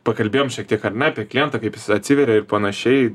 pakalbėjom šiek tiek ar ne apie klientą kaip jis atsiveria ir panašiai